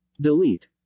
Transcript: Delete